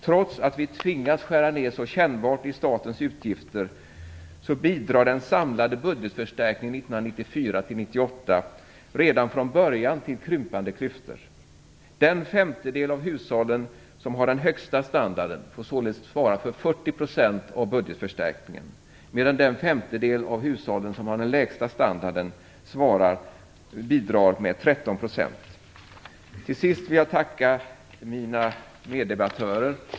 Trots att vi tvingas skära ner så kännbart i statens utgifter, bidrar den samlade budgetförstärkningen 1994-1998 redan från början till krympande klyftor. Den femtedel av hushållen som har den högsta standarden får således svara för 40 % av budgetförstärkningen, medan den femtedel av hushållen som har den lägsta standarden bidrar med 13 %. Till sist vill jag tacka mina meddebattörer.